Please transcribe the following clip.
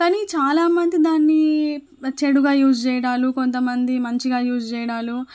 కానీ చాలా మంది దాన్ని చెడుగా యూజ్ చేయడాలు కొంతమంది మంచిగా యూజ్ చేయడాలు